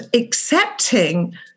accepting